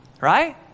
right